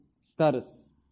status